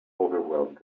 overwhelmed